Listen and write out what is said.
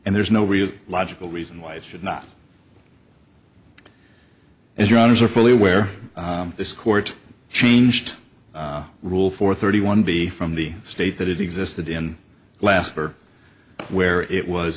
and there's no real logical reason why it should not and your honour's are fully aware this court changed rule four thirty one b from the state that it existed in last for where it was